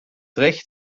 recht